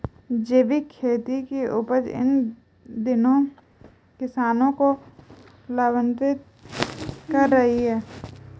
जैविक खेती की उपज इन दिनों किसानों को लाभान्वित कर रही है